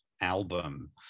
album